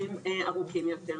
יש לי גם איזה סוג של פתרון.